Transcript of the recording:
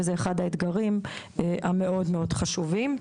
וזה אחד האתגרים המאוד חשובים.